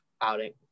outing